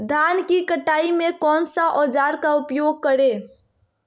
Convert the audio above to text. धान की कटाई में कौन सा औजार का उपयोग करे?